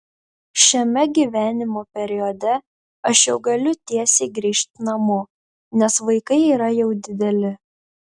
šiame gyvenimo periode aš jau galiu tiesiai grįžt namo nes vaikai yra jau dideli